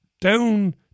down